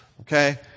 Okay